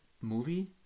movie